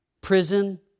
Prison